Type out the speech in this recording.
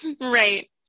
right